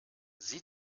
sie